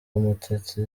w’umutesi